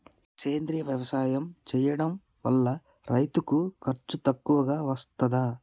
సేంద్రీయ వ్యవసాయం చేయడం వల్ల రైతులకు ఖర్చు తక్కువగా వస్తదా?